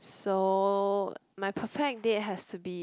so my perfect date has to be